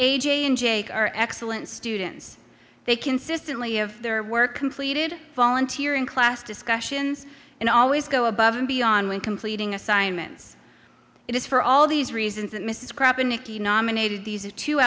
and jake are excellent students they consistently of their work completed volunteer in class discussions and always go above and beyond when completing assignments it is for all these reasons that mrs crappin nikki nominated these two